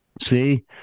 See